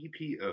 EPO